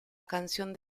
canción